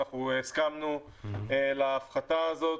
הסכמנו להפחתה הזאת.